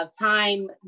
Time